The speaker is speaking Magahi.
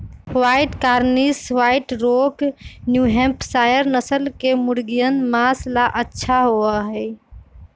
white Cornish, white rock, New Hampshire नस्ल के मुर्गियन माँस ला अच्छा होबा हई